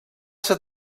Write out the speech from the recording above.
ser